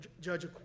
judge